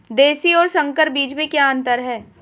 देशी और संकर बीज में क्या अंतर है?